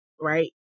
right